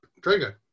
Drago